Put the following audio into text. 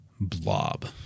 blob